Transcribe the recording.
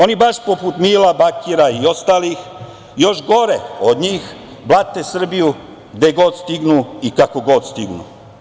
Oni baš poput Mila Bakira i ostalih, još gore od njih blate Srbiju gde god stignu i kako god stignu.